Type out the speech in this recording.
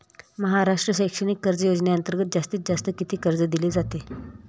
महाराष्ट्र शैक्षणिक कर्ज योजनेअंतर्गत जास्तीत जास्त किती कर्ज दिले जाते?